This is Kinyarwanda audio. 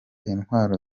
intwaro